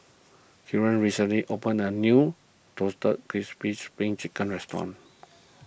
Kellan recently opened a new Roasted Crispy Spring Chicken restaurant